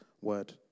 word